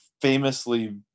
famously